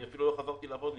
אני אפילו לא חזרתי לעבוד.